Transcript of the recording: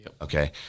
Okay